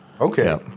okay